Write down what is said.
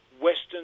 Western